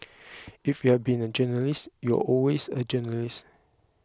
if you've been a journalist you're always a journalist